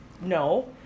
no